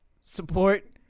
Support